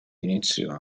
inizio